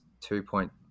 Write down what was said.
two-point